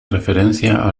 referencia